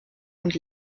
und